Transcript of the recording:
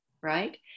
right